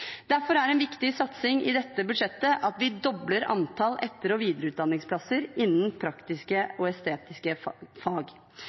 Derfor er en viktig satsing i dette budsjettet at vi dobler antallet etter- og videreutdanningsplasser innen praktisk-estetiske fag.